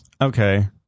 Okay